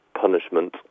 punishment